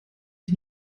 ich